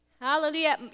Hallelujah